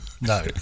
no